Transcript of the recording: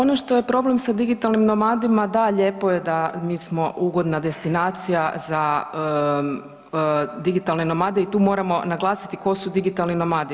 Pa ono što je problem sa digitalnim nomadima, da lijepo je da mi smo ugodna destinacija za digitalne nomade i tu moramo naglasiti tko su digitalni nomadi.